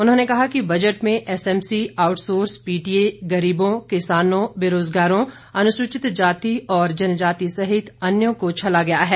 उन्होंने कहा कि बजट में एसएमसी आउटसोर्स पीटीए गरीबों किसानों बेरोजगारों अनुसूचित जाति और जनजाति सहित अन्यों को छला गया है